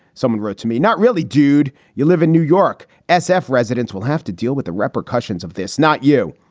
someone wrote to me. not really, dude. you live in new york. s f. residents will have to deal with the repercussions of this, not you.